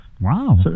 Wow